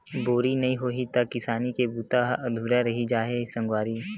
बोरी नइ होही त किसानी के बूता ह अधुरा रहि जाही सगवारी